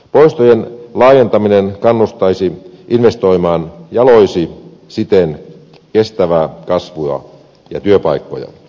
poistojen laajentaminen kannustaisi investoimaan ja loisi siten kestävää kasvua ja työpaikkoja